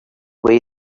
way